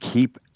keep